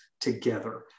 together